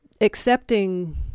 accepting